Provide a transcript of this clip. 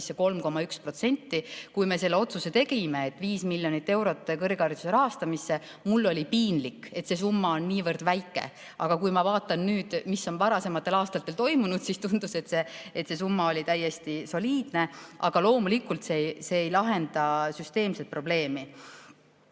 3,1%. Kui me selle otsuse tegime, et 5 miljonit eurot panna kõrghariduse rahastamisse, oli mul piinlik, et see summa on niivõrd väike, aga kui ma vaatan nüüd, mis on varasematel aastatel toimunud, siis tundub, et see summa oli täiesti soliidne. Aga loomulikult ei lahenda see süsteemset probleemi.